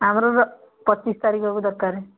ଆମର ପଚିଶ ତାରିଖକୁ ଦରକାର